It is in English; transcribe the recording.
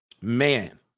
Man